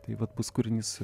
tai vat bus kūrinys